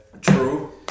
True